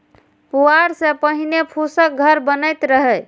पुआर सं पहिने फूसक घर बनैत रहै